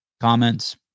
Comments